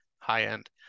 high-end